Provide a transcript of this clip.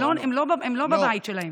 הם לא בבית שלהם.